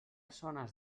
zones